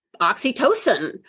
oxytocin